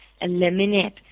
eliminate